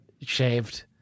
shaved